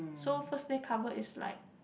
so First Day Cover is like